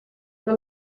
que